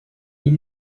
est